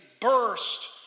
burst